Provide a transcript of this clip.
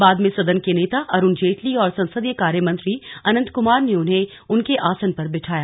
बाद में सदन के नेता अरूण जेटली और संसदीय कार्यमंत्री अनंत कुमार ने उन्हें उनके आसन पर बिठाया